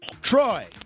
Troy